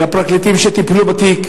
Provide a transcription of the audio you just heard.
הפרקליטים שטיפלו בתיק